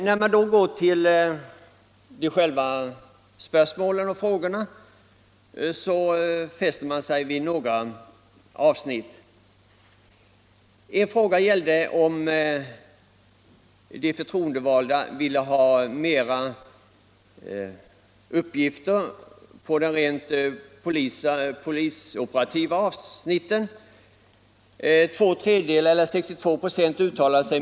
När man går till själva frågorna fäster man sig vid några avsnitt.